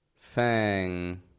fang